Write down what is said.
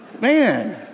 Man